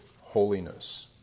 holiness